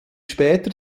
später